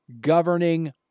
governing